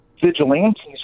vigilantes